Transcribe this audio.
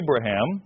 Abraham